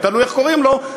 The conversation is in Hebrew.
תלוי איך קוראים לו,